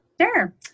Sure